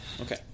Okay